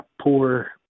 poor